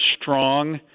strong